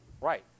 Right